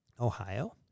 Ohio